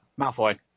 Malfoy